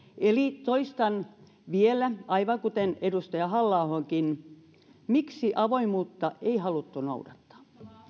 eli toistan vielä aivan kuten edustaja halla ahokin miksi avoimuutta ei haluttu noudattaa